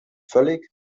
völlig